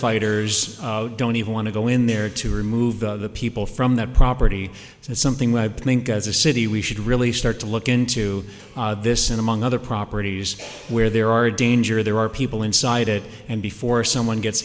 firefighters don't even want to go in there to remove the people from that property it's something that i think as a city we should really start to look into this in among other properties where there are danger there are people inside it and before someone gets